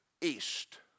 East